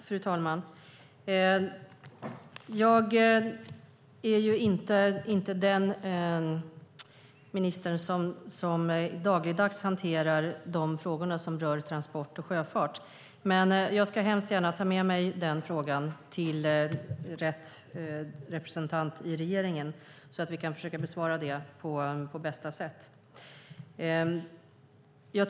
Fru talman! Jag är inte den minister som dagligdags hanterar frågor om transport och sjöfart, men jag ska gärna ta med mig frågan till rätt representant i regeringen så att vi kan försöka besvara den på bästa sätt.